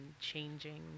changing